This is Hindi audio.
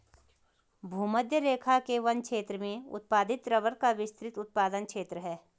भूमध्यरेखा के वन क्षेत्र में उत्पादित रबर का विस्तृत उत्पादन क्षेत्र है